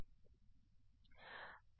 2 છે